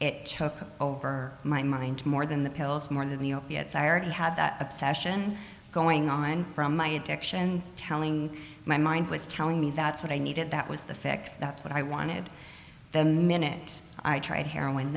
it took over my mind more than the pills more than the opiates i already had the obsession going on from my addiction telling my mind was telling me that's what i needed that was the fix that's what i wanted the minute i tried heroin